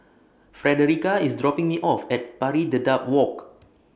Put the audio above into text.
Frederica IS dropping Me off At Pari Dedap Walk